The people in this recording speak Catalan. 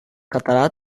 català